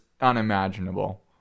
unimaginable